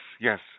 yes